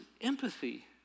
empathy